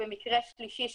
במקרה השלישי,